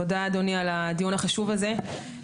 תודה, אדוני, על הדיון החשוב הזה.